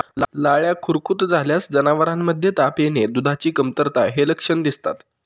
लाळ्या खुरकूत झाल्यास जनावरांमध्ये ताप येणे, दुधाची कमतरता हे लक्षण दिसतात